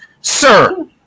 sir